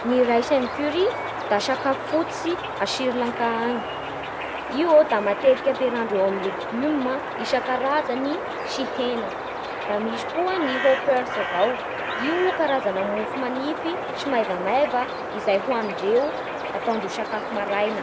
Ny rice and curry da sakafo fototsy a Sri Lanka agny. Iô da matetiky ampiarahandreo amin'ny légume a isankarazany sy hena. Da misy koa ny hoppers izao. Io karazana mofo manify sy maivamaiva izay ohanindreo ataondreo sakafo maraina.